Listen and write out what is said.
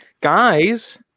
Guys